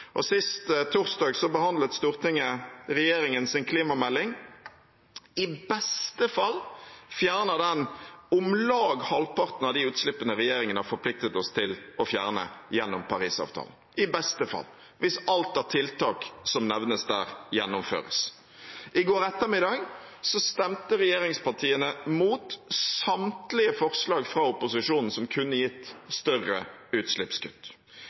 Sist torsdag behandlet Stortinget regjeringens klimamelding. I beste fall fjerner den om lag halvparten av de utslippene regjeringen har forpliktet oss til å fjerne gjennom Parisavtalen – i beste fall, hvis alt av tiltak som nevnes der, gjennomføres. I går ettermiddag stemte regjeringspartiene mot samtlige forslag fra opposisjonen som kunne gitt større utslippskutt.